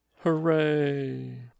Hooray